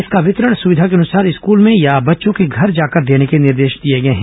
इसका वितरण सुविधानुसार स्कूल में अथवा बच्चों के घर जाकर देने के निर्देश दिए गए हैं